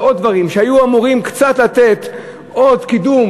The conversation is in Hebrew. ועוד דברים שהיו אמורים קצת לתת עוד קידום